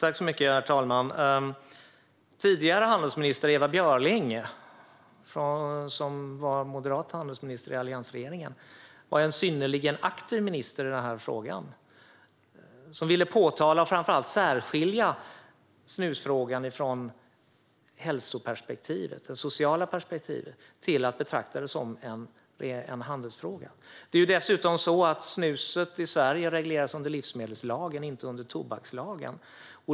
Herr talman! Tidigare handelsministern Ewa Björling, som var moderat handelsminister i alliansregeringen, var en synnerligen aktiv minister i denna fråga. Hon ville lyfta fram och framför allt särskilja snusfrågan från hälsoperspektivet och det sociala perspektivet och i stället betrakta den som en handelsfråga. Det är dessutom så att snuset i Sverige regleras i livsmedelslagen och inte i tobakslagen.